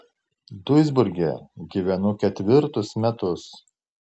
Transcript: duisburge gyvenu ketvirtus metus